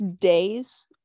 days